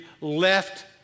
left